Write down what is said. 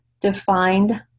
defined